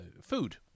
Food